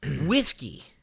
whiskey